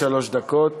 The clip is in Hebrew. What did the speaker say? שלוש דקות.